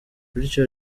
bityo